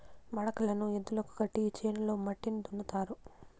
మడకలను ఎద్దులకు కట్టి చేనులో మట్టిని దున్నుతారు